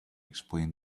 explain